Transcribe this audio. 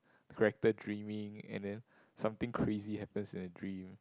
character dreaming and then something crazy happens in the dream